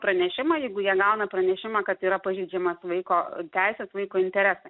pranešimą jeigu jie gauna pranešimą kad yra pažeidžiamas vaiko teises vaiko interesai